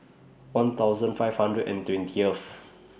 one thousand five hundred and twentieth